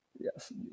yes